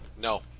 No